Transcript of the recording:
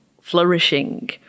flourishing